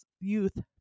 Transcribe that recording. youth